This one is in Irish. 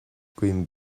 guím